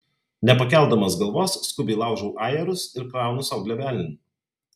nepakeldamas galvos skubiai laužau ajerus ir kraunu sau glėbelin